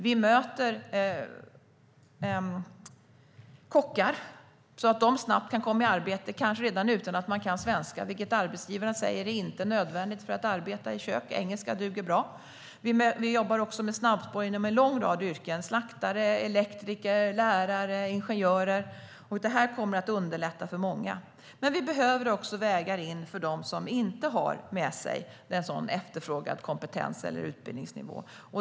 Vi möter kockar så att de snabbt kan komma i arbete, kanske redan utan att de kan svenska. Arbetsgivarna säger att det inte är nödvändigt att kunna svenska för att arbeta i kök. Det duger bra med engelska. Vi jobbar också med snabbspår inom en lång rad yrken: slaktare, elektriker, lärare, ingenjörer. Detta kommer att underlätta för många. Men vi behöver också vägar in för dem som inte har med sig en sådan efterfrågad kompetens eller utbildningsnivå.